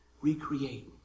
Recreate